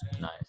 Nice